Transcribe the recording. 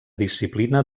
disciplina